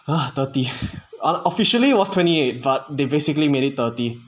ah thirty unofficially was twenty-eight but they basically made it thirty